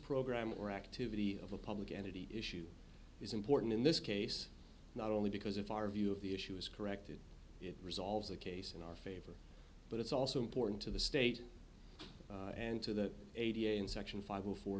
program or activity of a public entity issue is important in this case not only because of our view of the issue is corrected it resolves the case in our favor but it's also important to the state and to the a t f and section five before